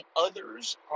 others